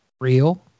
real